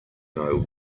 know